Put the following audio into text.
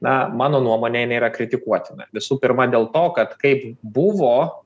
na mano nuomone jinai yra kritikuotina visų pirma dėl to kad kaip buvo